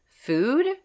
food